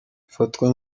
bifatwa